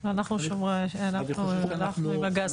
לא, אנחנו עם הגז טבעי.